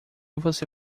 você